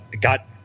got